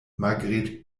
margret